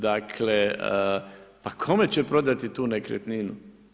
Dakle, pa kome će prodati tu nekretninu?